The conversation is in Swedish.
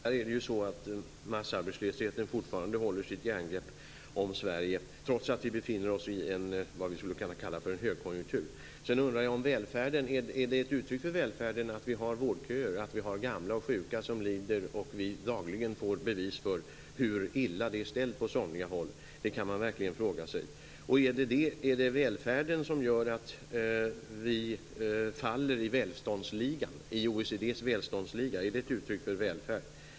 Fru talman! Massarbetslösheten behåller, tyvärr, sitt järngrepp om Sverige trots att vi befinner oss i vad som kan kallas för en högkonjunktur. Är det ett uttryck för välfärd att vi har vårdköer, att vi har gamla och sjuka som lider och att vi dagligen får bevis för hur illa ställt det är på somliga håll? Det kan man verkligen fråga sig. Är det välfärden som gör att vi faller i OECD:s välståndsliga? Är detta ett uttryck för välfärd?